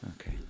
Okay